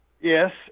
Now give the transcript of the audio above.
Yes